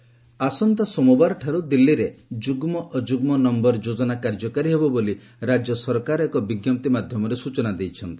Delhi odd even ଆସନ୍ତା ସୋମବାରଠାରୁ ଦିଲ୍ଲୀରେ ଯୁଗ୍ମ ଅଯୁଗ୍ମ ନୟର ଯୋଜନା କାର୍ଯ୍ୟକାରୀ ହେବ ବୋଲି ରାଜ୍ୟ ସରକାର ଏକ ବିଜ୍ଞପ୍ତି ମାଧ୍ୟମରେ ସ୍କଚନା ଦେଇଛନ୍ତି